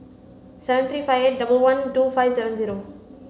seven three five eight double one two five seven zero